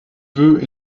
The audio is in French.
veut